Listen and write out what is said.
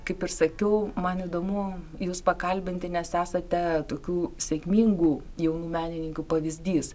kaip ir sakiau man įdomu jus pakalbinti nes esate tokių sėkmingų jaunų menininkių pavyzdys